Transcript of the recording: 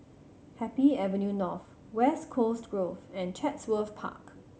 Happy Avenue North West Coast Grove and Chatsworth Park